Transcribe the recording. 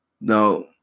Now